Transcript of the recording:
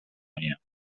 آیم